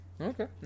Okay